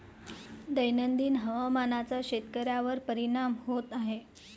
दैनंदिन हवामानाचा शेतकऱ्यांवर परिणाम होत आहे